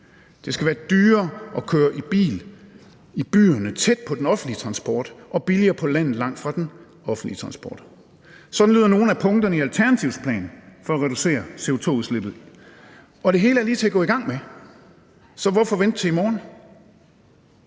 Det skal være dyrere at køre i bil i byerne tæt på den offentlige transport og billigere på landet langt fra den offentlige transport. Sådan lyder nogle af punkterne i Alternativets plan for at reducere CO2-udslippet, og det hele er lige til at gå i gang med, så hvorfor vente til i morgen?